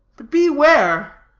but beware.